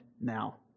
now